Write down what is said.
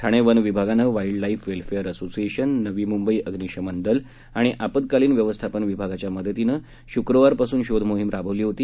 ठाणे वन विभागानं वा बिंड ला क्रि वेल्फेअर असोसिएशन नवी मुंबई अग्निशमन दल आणि आपत्कालीन व्यवस्थापन विभागाच्या मदतीनं शुक्रवार पासून शोध मोहीम राबवली होती